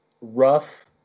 rough